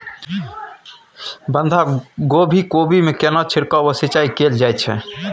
बंधागोभी कोबी मे केना छिरकाव व सिंचाई कैल जाय छै?